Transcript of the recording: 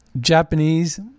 Japanese